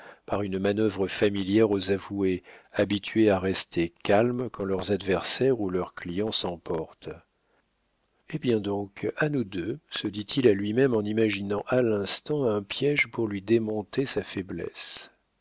par une manœuvre familière aux avoués habitués à rester calmes quand leurs adversaires ou leurs clients s'emportent hé bien donc à nous deux se dit-il à lui-même en imaginant à l'instant un piége pour lui démontrer sa faiblesse